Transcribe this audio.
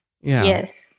Yes